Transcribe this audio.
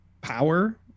power